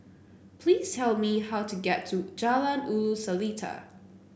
please tell me how to get to Jalan Ulu Seletar